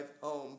home